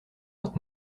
vingt